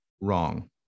wrong